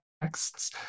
texts